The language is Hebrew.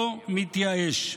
לא מתייאש.